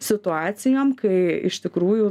situacijom kai iš tikrųjų